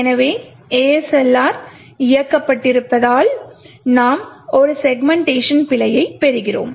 எனவே ASLR இயக்கப்பட்டிருப்பதால் நாம் ஒரு செக்மென்ட்டேஷன் பிழையைப் பெறுகிறோம்